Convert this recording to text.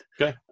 Okay